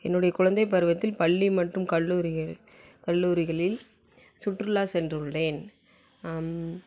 என்னுடைய குழந்தை பருவத்தில் பள்ளி மற்றும் கல்லூரியே கல்லூரிகளில் சுற்றுலா சென்றுள்ளேன் அம்